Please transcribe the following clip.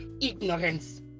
ignorance